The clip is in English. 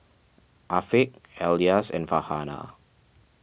Afiq Elyas and Farhanah